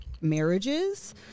marriages